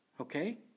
okay